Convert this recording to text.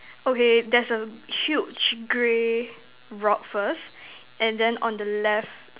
okay there's a huge grey rock first and then on the left